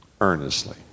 earnestly